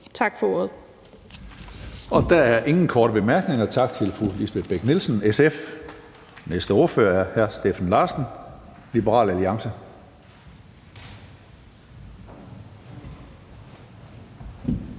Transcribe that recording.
(Karsten Hønge): Der er ingen korte bemærkninger. Tak til fru Lisbeth Bech-Nielsen, SF. Næste ordfører er hr. Steffen Larsen, Liberal Alliance.